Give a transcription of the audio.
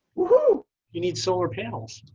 you need solar panels.